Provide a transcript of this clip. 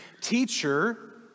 Teacher